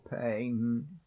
pain